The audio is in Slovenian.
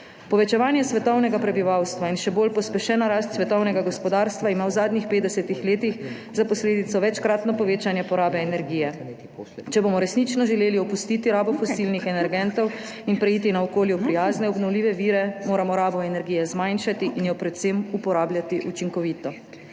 Povečevanje svetovnega prebivalstva in še bolj pospešena rast svetovnega gospodarstva ima v zadnjih 50 letih za posledico večkratno povečanje porabe energije. Če bomo resnično želeli opustiti rabo fosilnih energentov in preiti na okolju prijazne obnovljive vire, moramo rabo energije zmanjšati in jo predvsem uporabljati učinkovito.